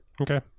Okay